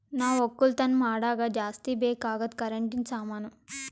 ನಾವ್ ಒಕ್ಕಲತನ್ ಮಾಡಾಗ ಜಾಸ್ತಿ ಬೇಕ್ ಅಗಾದ್ ಕರೆಂಟಿನ ಸಾಮಾನು